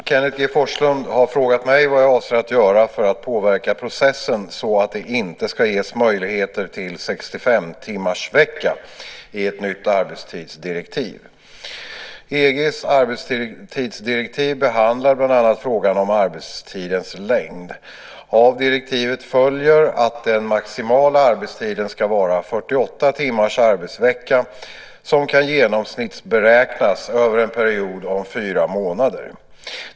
Fru talman! Kenneth G Forslund har frågat mig vad jag avser att göra för att påverka processen så att det inte ska ges möjligheter till 65-timmarsvecka i ett nytt arbetstidsdirektiv. EG:s arbetstidsdirektiv behandlar bland annat frågan om arbetstidens längd. Av direktivet följer det att den maximala arbetstiden ska vara en 48 timmars arbetsvecka som kan genomsnittsberäknas över en period om 4 månader.